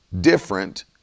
different